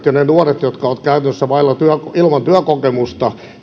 ja niiden nuorten toiminta jotka ovat käytännössä ilman työkokemusta